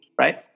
Right